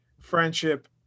friendship